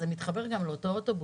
זה מתחבר גם לאותו אוטובוס.